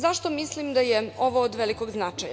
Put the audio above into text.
Zašto mislim da je ovo od velikog značaja?